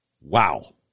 Wow